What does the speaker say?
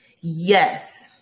Yes